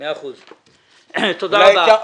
תודה רבה.